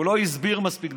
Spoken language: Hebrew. הוא לא הסביר מספיק.